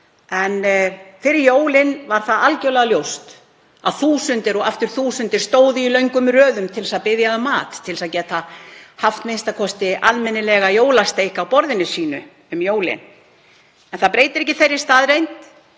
Fyrir jólin var algerlega ljóst að þúsundir og aftur þúsundir stóðu í löngum röðum til að biðja um mat til að geta að minnsta kosti haft almennilega jólasteik á borðinu sínu. Það breytir ekki þeirri staðreynd